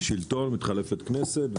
שלטון ומתחלפת כנסת,